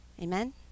Amen